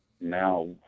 now